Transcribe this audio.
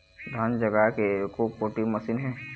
धान जगाए के एको कोठी मशीन हे?